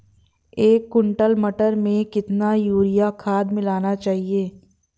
एक कुंटल मटर में कितना यूरिया खाद मिलाना चाहिए?